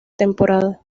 temporada